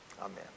Amen